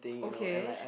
okay